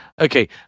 Okay